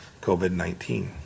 COVID-19